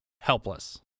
Helpless